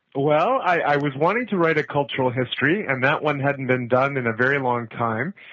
well, i was wanting to write a cultural history and that one hadn't been done in a very long time,